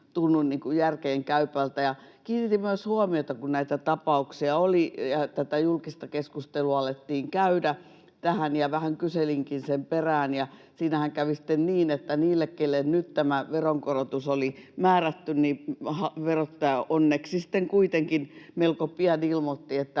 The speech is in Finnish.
järkeenkäyvältä. Kiinnitin myös huomiota tähän, kun näitä tapauksia oli ja tätä julkista keskustelua alettiin käydä, ja vähän kyselinkin sen perään, ja siinähän kävi sitten niin, että niille, keille nyt tämä veronkorotus oli määrätty, verottaja onneksi sitten kuitenkin melko pian ilmoitti, että